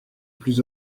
plus